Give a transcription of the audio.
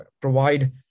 provide